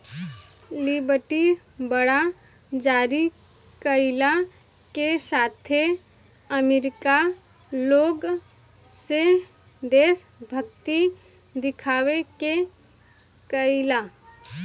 liberty Bond जारी कईला के साथे अमेरिका लोग से देशभक्ति देखावे के कहेला